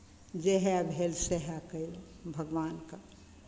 जएह भेल सएह कयलहुँ भगवानके